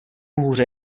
hůře